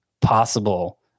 possible